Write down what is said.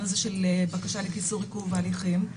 הזה של בקשה לקיצור עיכוב בהליכים,